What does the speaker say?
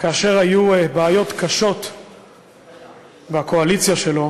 כאשר היו בעיות קשות בקואליציה שלו